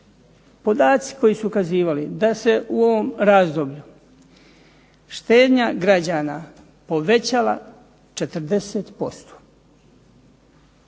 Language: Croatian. Podaci koji su ukazivali da se u ovom razdoblju štednja građana povećala 40%,